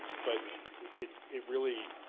but it it really,